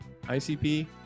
ICP